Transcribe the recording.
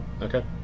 Okay